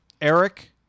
Eric